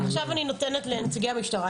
עכשיו אני נותנת לנציגי המשטרה.